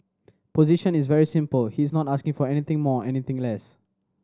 position is very simple he is not asking for anything more anything less